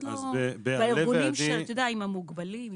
בארגונים עם מוגבלים,